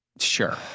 sure